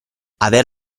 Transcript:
aver